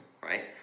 right